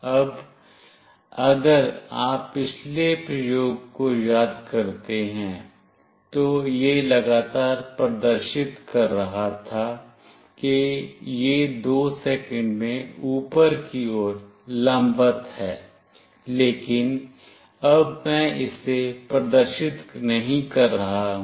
अब अगर आप पिछले प्रयोग को याद करते हैं तो यह लगातार प्रदर्शित कर रहा था कि यह 2 सेकंड में ऊपर की ओर लंबवत है लेकिन अब मैं इसे प्रदर्शित नहीं कर रहा हूं